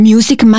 Music